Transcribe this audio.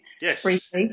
Yes